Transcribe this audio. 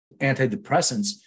antidepressants